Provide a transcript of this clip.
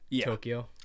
tokyo